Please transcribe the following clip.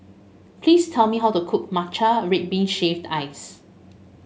please tell me how to cook Matcha Red Bean Shaved Ice